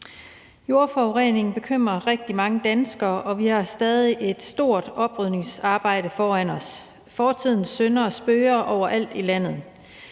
Jordforurening bekymrer rigtig mange danskere, og vi har stadig et stort oprydningsarbejde foran os. Fortidens synder spøger overalt i landet.